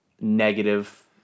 negative